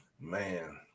man